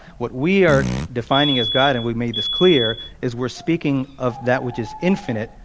what we are defining as god and we've made this clear is we're speaking of that which is infinite,